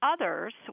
others